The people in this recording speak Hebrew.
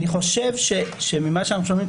אני חושב ממה שאנחנו שומעים,